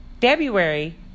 February